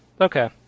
Okay